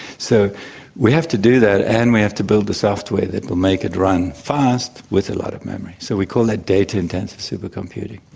so we have to do that and we have to build the software that will make it run fast with a lot of memory, so we call that data-intensive supercomputing.